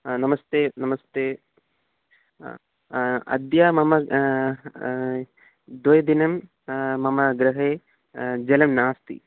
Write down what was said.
नमस्ते नमस्ते अद्य मम द्विदिनं मम गृहे जलं नास्ति